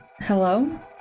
Hello